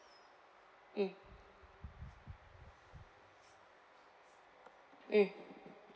mm mm